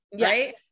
right